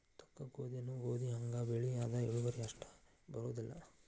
ತೊಕ್ಕಗೋಧಿನೂ ಗೋಧಿಹಂಗ ಬೆಳಿ ಆದ್ರ ಇಳುವರಿ ಅಷ್ಟ ಬರುದಿಲ್ಲಾ